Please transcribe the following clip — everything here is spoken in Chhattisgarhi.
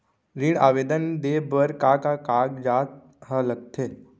ऋण आवेदन दे बर का का कागजात ह लगथे?